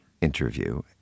interview